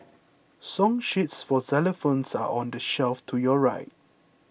song sheets for xylophones are on the shelf to your right